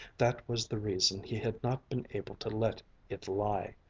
that was the reason he had not been able to let it lie.